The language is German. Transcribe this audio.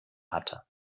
hatte